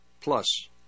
plus